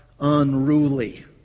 unruly